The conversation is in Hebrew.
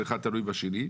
שאחד תלוי בשני,